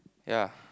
ya